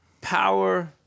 Power